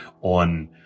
on